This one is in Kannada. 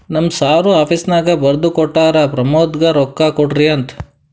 ನಮ್ ಸರ್ ಆಫೀಸ್ನಾಗ್ ಬರ್ದು ಕೊಟ್ಟಾರ, ಪ್ರಮೋದ್ಗ ರೊಕ್ಕಾ ಕೊಡ್ರಿ ಅಂತ್